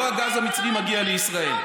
לא הגז המצרי מגיע לישראל.